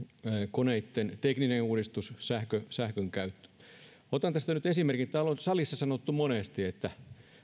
koneitten tekninen uudistus sähkön sähkön käyttö otan tästä nyt esimerkin täällä on salissa sanottu monesti että